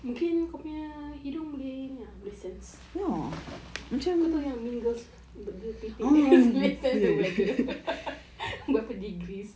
mungkin kau punya hidung boleh ni ah boleh sense kau tahu yang mingles dia boleh sense the weather berapa degrees